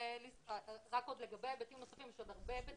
עוד הרבה היבטים,